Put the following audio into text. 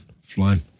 Flying